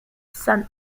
son